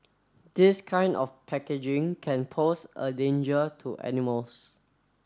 this kind of packaging can pose a danger to animals